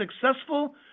successful